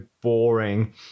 boring